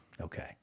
Okay